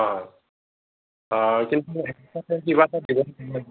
অ' অ' কিন্তু এক্সট্ৰাকৈ কিবা এটা দিব লাগিব